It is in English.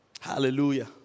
Hallelujah